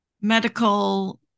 medical